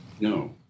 No